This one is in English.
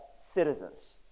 citizens